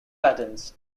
patents